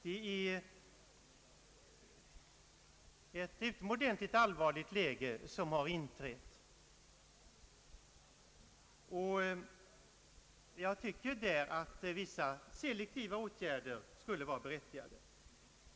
Det är ett utomordentligt allvarligt läge som inträtt, och jag anser att vissa selektiva åtgärder skulle vara berättigade.